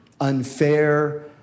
unfair